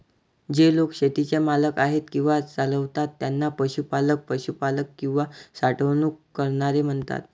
जे लोक शेतीचे मालक आहेत किंवा चालवतात त्यांना पशुपालक, पशुपालक किंवा साठवणूक करणारे म्हणतात